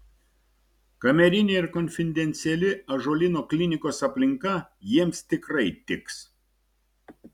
kamerinė ir konfidenciali ąžuolyno klinikos aplinka jiems tikrai tiks